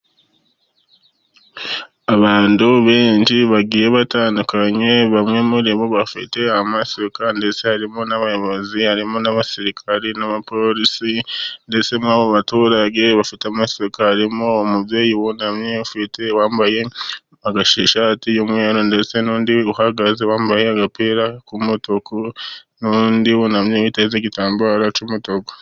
Abantu benshi bagiye batandukanye bamwe muri bo bafite amasuka, ndetse harimo n'abayobozi harimo n'abasirikari n'abapolisi ,ndetse muri abo baturage bafite amasuka harimo umubyeyi wunamye wambaye ishati y'umweru ndetse n'undi uhagaze wambaye agapira k'umutuku , n'undi wunamye witeze igitambaro cy'umutuku.